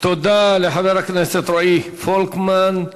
תודה לחבר הכנסת רועי פולקמן.